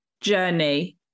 journey